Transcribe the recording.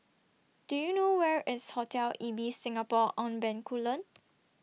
Do YOU know Where IS Hotel Ibis Singapore on Bencoolen